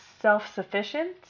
self-sufficient